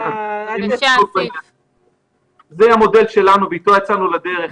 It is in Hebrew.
זה המודל שלנו ואתו יצאנו לדרך.